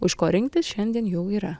iš ko rinktis šiandien jau yra